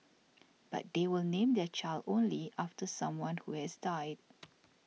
but they will name their child only after someone who has died